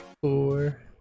four